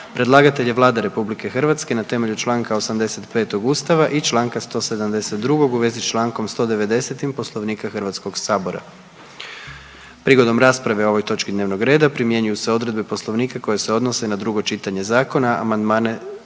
Predlagatelj je Vlada RH temeljem Članka 85. Ustava RH i Članka 172. Poslovnika Hrvatskog sabora. Prigodom rasprave o ovoj točki dnevnog reda primjenjuju se odredbe Poslovnika koje se odnose na prvo čitanje zakona. Raspravu